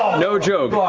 no joke.